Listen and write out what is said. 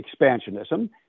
expansionism